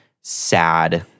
sad